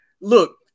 look